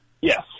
Yes